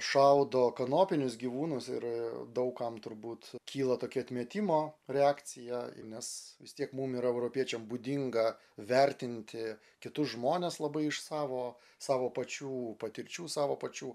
šaudo kanopinius gyvūnus ir daug kam turbūt kyla tokia atmetimo reakcija nes vis tiek mum yra europiečiam būdingą vertinti kitus žmones labai iš savo savo pačių patirčių savo pačių